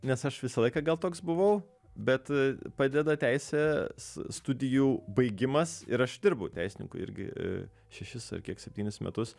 nes aš visą laiką gal toks buvau bet padeda teisės studijų baigimas ir aš dirbau teisininku irgi šešis ar kiek septynis metus